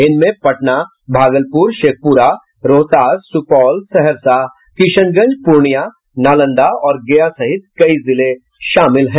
इनमें पटना भागलपुर शेखपुरा रोहतास सुपौल सहरसा किशनगंज पूर्णियां नालंदा और गया सहित कई जिले शामिल हैं